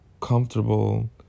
comfortable